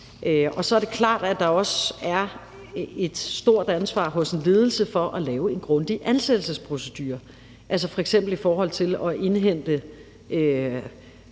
også er klart, at der hos en ledelse er et stort ansvar for at lave en grundig ansættelsesprocedure, f.eks. i forhold til at indhente